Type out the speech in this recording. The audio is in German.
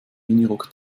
minirock